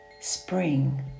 spring